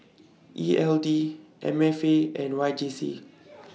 E L D M F A and Y J C